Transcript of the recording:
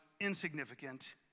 insignificant